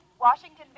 Washington